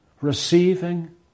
Receiving